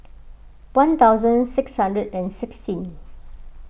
one thousand six hundred and sixteen